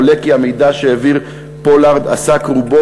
עולה כי המידע שהעביר פולארד עסק רובו